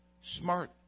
Smart